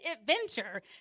adventure